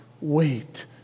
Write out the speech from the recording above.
wait